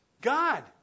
God